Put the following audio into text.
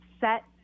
set